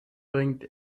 bringt